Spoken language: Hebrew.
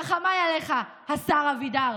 רחמיי עליך, השר אבידר.